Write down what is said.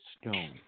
stone